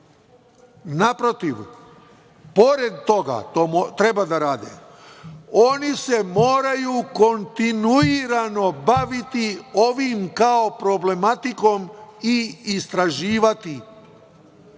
Naprotiv, pored toga, to treba da rade, oni se moraju kontinuirano baviti ovim kao problematikom i istraživati sve